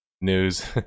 news